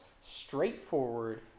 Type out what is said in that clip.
straightforward